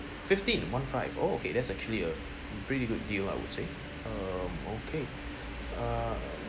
fifteen one five oh okay that's actually a pretty good deal I would say um okay err